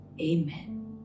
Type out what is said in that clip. Amen